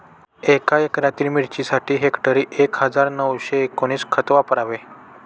एका एकरातील मिरचीसाठी हेक्टरी एक हजार नऊशे एकोणवीस खत वापरावे